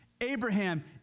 Abraham